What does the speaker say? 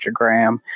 Instagram